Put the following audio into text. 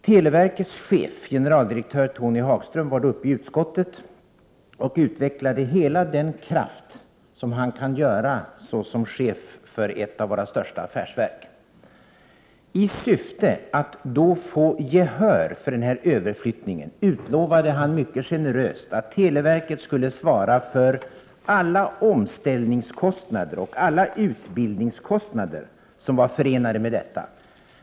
Televerkets chef, generaldirektör Tony Hagström, kom till utskottet och utvecklade hela den kraft som han kan göra såsom chef för ett av våra största affärsverk. I syfte att då få gehör för denna överflyttning utlovade han mycket generöst att televerket skulle svara för alla omställningskostnader och alla utbildningskostnader som var förenade med detta.